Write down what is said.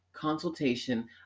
consultation